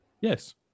Yes